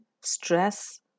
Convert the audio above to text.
stress